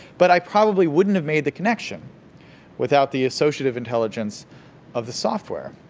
but i probably wouldn't have made the connection without the associative intelligence of the software.